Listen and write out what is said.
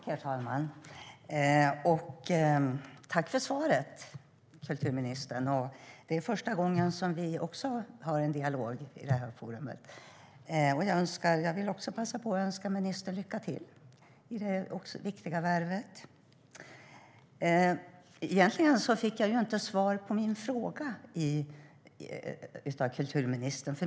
Herr talman! Tack för svaret, kulturministern! Det är första gången som vi har en dialog i det här forumet, och jag vill också passa på att önska ministern lycka till i hennes viktiga värv. Egentligen fick jag inte svar på min fråga av kulturministern.